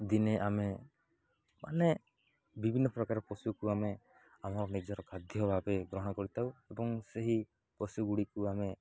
ଦିନେ ଆମେ ମାନେ ବିଭିନ୍ନ ପ୍ରକାର ପଶୁକୁ ଆମେ ଆମ ନିଜର ଖାଦ୍ୟ ଭାବେ ଗ୍ରହଣ କରିଥାଉ ଏବଂ ସେହି ପଶୁ ଗୁଡ଼ିକୁ ଆମେ